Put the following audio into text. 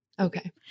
Okay